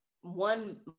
One